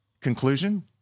Conclusion